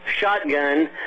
shotgun